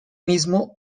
mismo